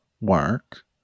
Work